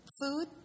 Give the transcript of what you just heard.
food